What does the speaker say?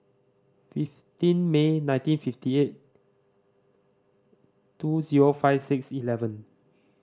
fifteen May nineteen fifty eight two zero five six eleven